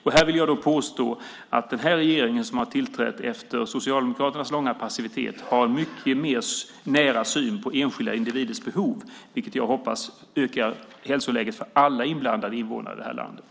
Jag vill påstå att den här regeringen, som har tillträtt efter Socialdemokraternas långa passivitet, har en mycket mer nära syn på enskilda individers behov, vilket jag hoppas förbättrar hälsoläget för alla inblandade invånare i det här landet.